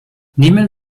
nehmen